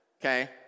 okay